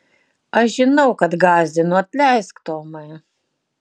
aš žinau kad gąsdinu atleisk tomai